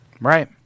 right